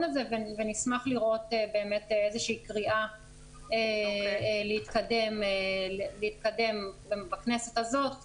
הזה ונשמח לראות באמת איזו שהיא קריאה להתקדם בכנסת הזאת